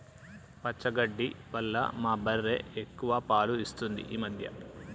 పచ్చగడ్డి వల్ల మా బర్రె ఎక్కువ పాలు ఇస్తుంది ఈ మధ్య